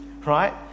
right